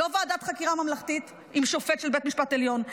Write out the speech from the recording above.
לא ועדת חקירה ממלכתית עם שופט של בית משפט עליון.